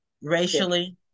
racially